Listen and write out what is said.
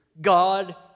God